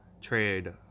trade